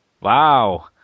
Wow